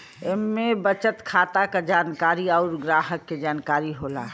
इम्मे बचत खाता क जानकारी अउर ग्राहक के जानकारी होला